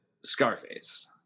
Scarface